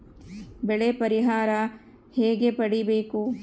ಬೆಳೆ ಪರಿಹಾರ ಹೇಗೆ ಪಡಿಬೇಕು?